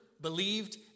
believed